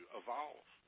evolve